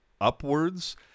upwards